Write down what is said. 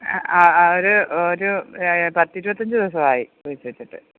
ആ ആ ഒരു ഒരു പത്തിരുപത്തഞ്ച് ദിവസവായി കുഴിച്ചിട്ടിട്ട്